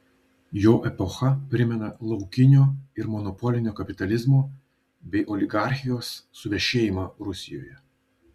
jo epocha primena laukinio ir monopolinio kapitalizmo bei oligarchijos suvešėjimą rusijoje